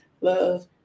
Love